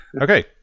Okay